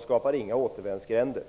skapar inga återvändsgränder.